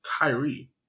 Kyrie